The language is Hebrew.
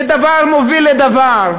ודבר מוביל לדבר.